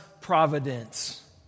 providence